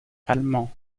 allemand